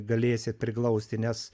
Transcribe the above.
galėsit priglausti nes